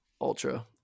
Ultra